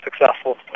successful